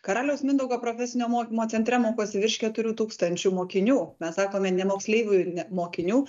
karaliaus mindaugo profesinio mokymo centre mokosi virš keturių tūkstančių mokinių mes sakome ne moksleivių ir ne mokinių